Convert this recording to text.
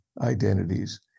identities